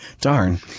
Darn